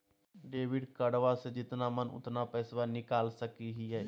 Debit कार्डबा से जितना मन उतना पेसबा निकाल सकी हय?